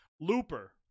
Looper